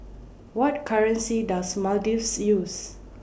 What currency Does Maldives use